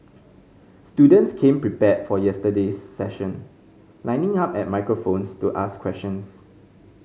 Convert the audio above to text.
students came prepared for yesterday's session lining up at microphones to ask questions